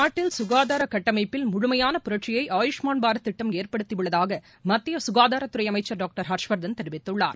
நாட்டில் ககாதார கட்டமைப்பில் முழுமையான புரட்சியை ஆயுஷ்மான் பாரத் திட்டம் ஏற்படுத்தியுள்ளதாக மத்திய சுகாதாரத்துறை அமைச்சள் டாக்டர் ஹர்ஷ்வர்தன் தெரிவித்துள்ளார்